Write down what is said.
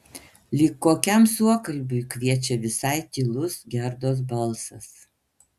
lyg kokiam suokalbiui kviečia visai tylus gerdos balsas